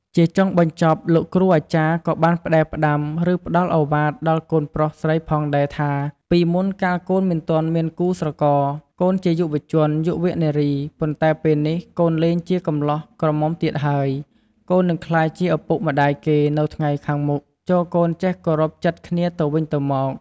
ជាចុងបញ្ចប់លោកគ្រូអាចារ្យក៏បានផ្តែផ្តាំ ឬ ផ្តល់ឱវាទដល់កូនប្រុសស្រីផងដែរ ថា «ពីមុនកាលកូនមិនទាន់មានគូស្រករកូនជាយុរជន យុវនារី ប៉ុន្តែពេលនេះកូនលែងជាកម្លោះក្រមុំទៀតហើយ កូននិងក្លាយជាឪពុកម្តាយគេនៅថ្ងៃខានមុខ ចូរកូនចេះគោរពចិត្តគ្នាទៅវិញទៅមក»។